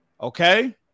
Okay